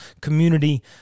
community